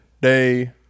day